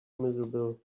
miserable